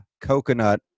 Coconut